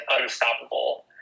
unstoppable